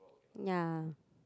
ya